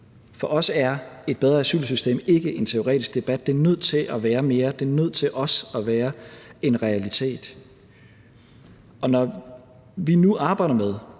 For os er et bedre asylsystem ikke en teoretisk debat – det er nødt til at være mere; det er nødt til også at være en realitet. Når nu vi arbejder med,